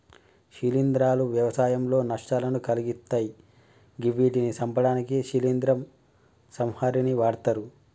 శిలీంద్రాలు వ్యవసాయంలో నష్టాలను కలిగిత్తయ్ గివ్విటిని సంపడానికి శిలీంద్ర సంహారిణిని వాడ్తరు